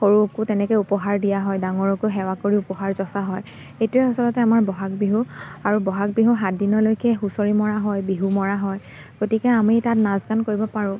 সৰুকো তেনেকৈ উপহাৰ দিয়া হয় ডাঙৰকো সেৱা কৰি উপহাৰ যঁচা হয় এইটোৱে আচলতে আমাৰ বহাগ বিহু আৰু বহাগ বিহু সাতদিনলৈকে হুঁচৰি মৰা হয় বিহু মৰা হয় গতিকে আমি তাত নাচ গান কৰিব পাৰোঁ